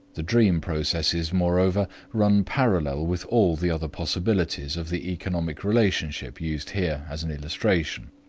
the dream processes, moreover, run parallel with all the other possibilities of the economic relationship used here as an illustration.